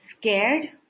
scared